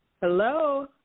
Hello